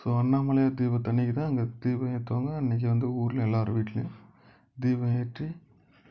so Annamalaiyar தீபத்து அன்னைக்கு தான் அந்த தீபம் ஏற்றுவாங்க அன்னைக்கு வந்து ஊரில் எல்லார் வீட்லேயும் தீபம் ஏற்றி